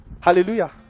Hallelujah